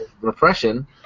repression